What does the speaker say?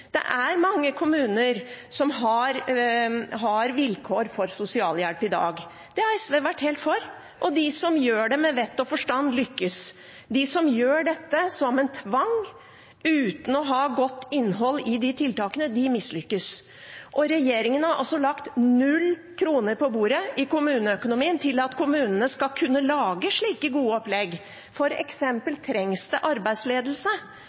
Det er mange kommuner som har vilkår for sosialhjelp i dag. Det har SV vært helt for. De som gjør det med vett og forstand, lykkes. De som gjør dette som en tvang, uten å ha godt innhold i tiltakene, mislykkes. Og regjeringen har lagt null kroner på bordet i kommuneøkonomien for at kommunene skal kunne lage slike gode opplegg. For eksempel trengs det arbeidsledelse.